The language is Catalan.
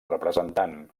representat